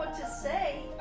to say.